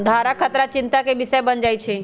आधार खतरा चिंता के विषय बन जाइ छै